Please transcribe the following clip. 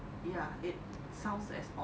ya it sounds as odd